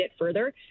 further